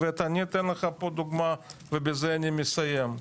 אני אתן לך פה דוגמה, ובזה אני מסיים.